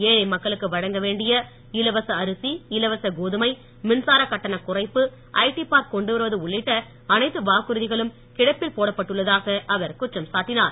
ஏழை மக்களுக்கு வழங்க வேண்டிய இலவச அரிசி இலவச கோதுமை மின்சாரக் கட்டணக் குறைப்பு ஐடி பார்க் கொண்டுவருவது உள்ளிட்ட அனைத்து வாக்குறுதிகளும் கிடப்பில் போடப்பட்டுள்ளதாக அவர் குற்றம் சாட்டினார்